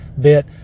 bit